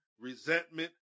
resentment